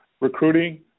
recruiting